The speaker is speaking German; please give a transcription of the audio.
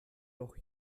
noch